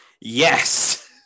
Yes